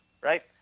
right